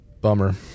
bummer